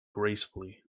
gracefully